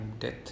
death